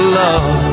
love